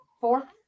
four